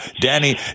Danny